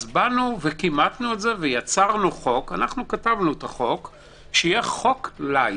אז כימתנו את זה וכתבנו חוק, שיהיה חוק לייט,